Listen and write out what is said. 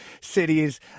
cities